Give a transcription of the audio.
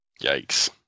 Yikes